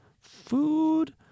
Food